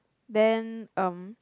then um